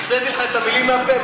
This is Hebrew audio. הוצאתי לך את המילים מהפה?